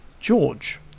George